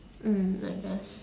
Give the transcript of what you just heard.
mmhmm I guess